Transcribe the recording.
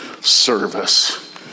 service